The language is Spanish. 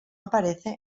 aparece